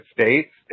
States